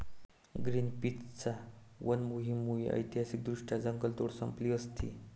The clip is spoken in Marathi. ग्रीनपीसच्या वन मोहिमेमुळे ऐतिहासिकदृष्ट्या जंगलतोड संपली असती